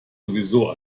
sowieso